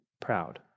proud